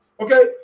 Okay